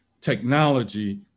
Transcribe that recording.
technology